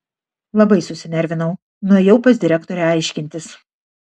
labai susinervinau nuėjau pas direktorę aiškintis